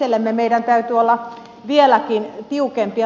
itsellemme meidän täytyy olla vieläkin tiukempia